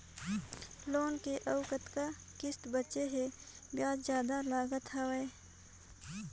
Loan के अउ कतका किस्त बांचें हे? ब्याज जादा लागत हवय,